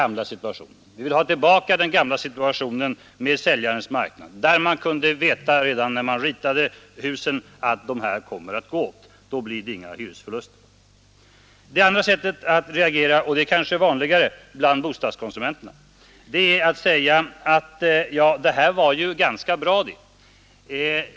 Man vill ha tillbaka den gamla situationen med säljarens marknad, där man redan när husen ritades kunde veta att lägenheterna skulle gå åt. Då blir det inga hyresförluster. Det andra sättet att reagera — och det är kanske vanligare bland bostadskonsumenterna — är att säga: Ja, detta var ju ganska bra.